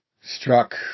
struck